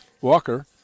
walker